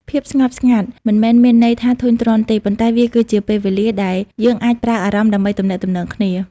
ភាពស្ងប់ស្ងាត់មិនមែនមានន័យថាធុញទ្រាន់ទេ ប៉ុន្តែវាគឺជាពេលវេលាដែលយើងអាចប្រើអារម្មណ៍ដើម្បីទំនាក់ទំនងគ្នា។